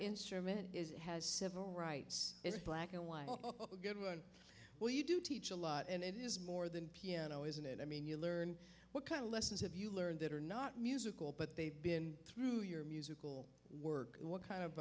instrument is it has civil rights it's black and white good one well you do teach a lot and it is more than piano isn't it i mean you learn what kind of lessons have you learned that are not musical but they've been through your musical work what kind of